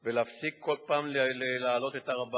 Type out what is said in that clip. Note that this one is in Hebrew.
ויש להפסיק להעלות כל פעם את הר-הבית